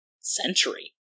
century